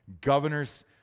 governor's